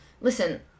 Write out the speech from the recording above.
listen